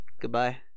Goodbye